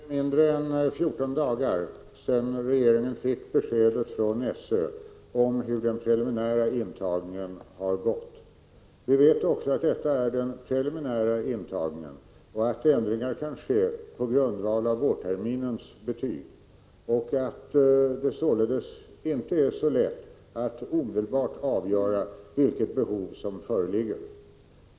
Fru talman! För mindre än 14 dagar sedan fick regeringen beskedet från SÖ om hur den preliminära intagningen har gått. Det gäller alltså den preliminära intagningen, och ändringar kan ske på grundval av vårterminsbetyget. Det är således inte så lätt att omedelbart avgöra vilket behov som föreligger.